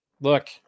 look